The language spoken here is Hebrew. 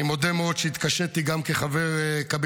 אני מודה מאוד שהתקשיתי גם כחבר קבינט.